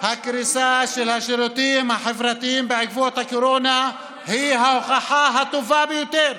הקריסה של השירותים החברתיים בעקבות הקורונה היא ההוכחה הטובה ביותר